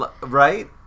right